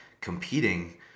competing